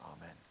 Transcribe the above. Amen